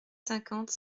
cinquante